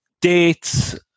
dates